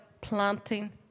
planting